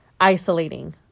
isolating